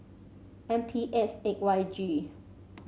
M P S eight Y G